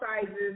sizes